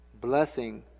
blessing